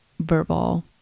verbal